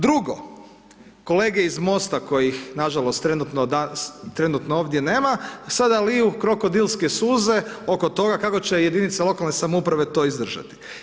Drugo, kolege iz MOST-a kojih nažalost trenutno, trenutno ovdje nema, a sada liju krokodilske suze oko toga kako će jedinice lokalne samouprave to izdržati.